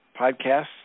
podcasts